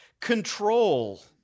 control